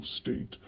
state